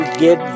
get